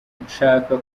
nshaka